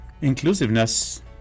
Inclusiveness